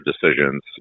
decisions